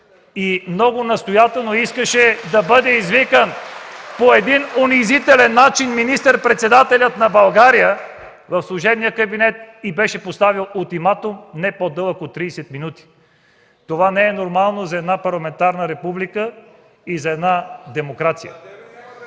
и много настоятелно искаше да бъде извикан по един унизителен начин министър-председателят на България от служебния кабинет. (Ръкопляскания от ГЕРБ.) И постави ултиматум: не по-късно от 30 минути! Това не е нормално за една парламентарна република, за една демокрация.